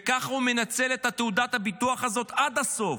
וככה הוא מנצל את תעודת הביטוח הזאת עד הסוף.